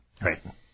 Right